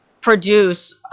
produce